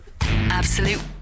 Absolute